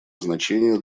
значение